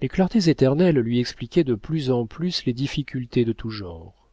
les clartés éternelles lui expliquaient de plus en plus les difficultés de tout genre